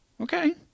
okay